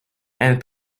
and